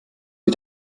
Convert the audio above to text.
dir